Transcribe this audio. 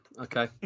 Okay